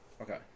Okay